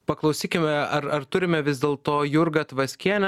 paklausykime ar ar turime vis dėlto jurgą tvaskienę